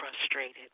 frustrated